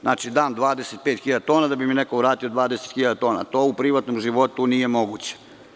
Znači, dam 25 hiljada tona da bi mi neko vratio 20 hiljada tona – to u privatnom životu nije moguće.